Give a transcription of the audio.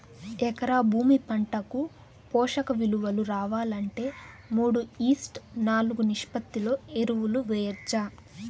ఎకరా భూమి పంటకు పోషక విలువలు రావాలంటే మూడు ఈష్ట్ నాలుగు నిష్పత్తిలో ఎరువులు వేయచ్చా?